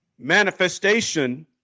manifestation